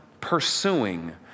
pursuing